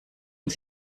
und